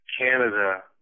Canada